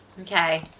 Okay